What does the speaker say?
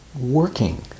working